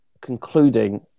concluding